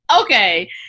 okay